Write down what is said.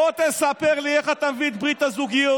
בוא תספר לי איך תביא את ברית הזוגיות,